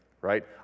right